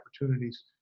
opportunities